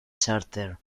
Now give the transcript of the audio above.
chárter